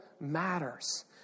matters